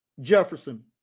Jefferson